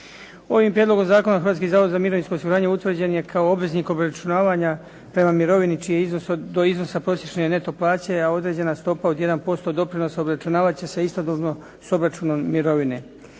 Ovim prijedlogom zakona Hrvatski zavod za mirovinsko osiguravanje utvrđen je kao obračunavanja prema mirovini čiji je iznos do iznosa prosječne neto plaće, a određena stopa od 1% doprinosa obračunavati će se istodobno s obračunom mirovine.